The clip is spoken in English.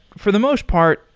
for the most part,